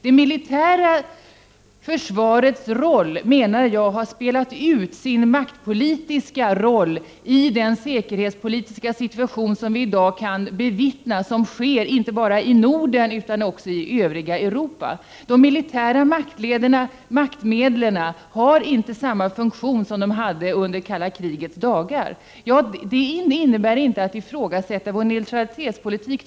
Det militära försvaret, menar jag, har spelat ut sin maktpolitiska roll i den säkerhetspolitiska situation som vi i dag kan bevittna — inte bara i Norden utan också i det övriga Europa. De militära maktmedlen har inte samma funktion som de hade under det kalla krigets dagar. Det innebär inte att jag ifrågasätter vår neutralitetspolitik.